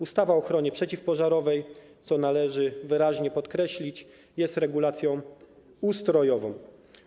Ustawa o ochronie przeciwpożarowej, co należy wyraźnie podkreślić, jest regulacją ustrojową.